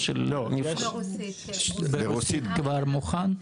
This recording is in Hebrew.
ברוסית כבר מוכן?